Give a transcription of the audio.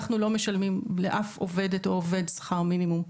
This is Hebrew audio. אנחנו לא משלמים לאף עובדת או עובד שכר מינימום,